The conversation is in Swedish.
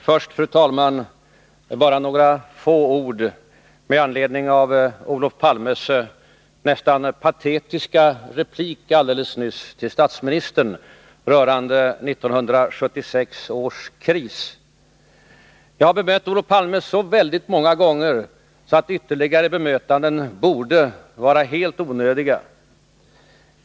Fru talman! Först bara några ord med anledning av Olof Palmes nästan patetiska replik nyss till statsministern rörande 1976 års kris. Jag har bemött Olof Palme så många gånger på den här punkten att ytterligare bemötanden borde vara helt onödiga.